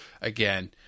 again